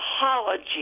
apology